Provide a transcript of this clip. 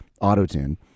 autotune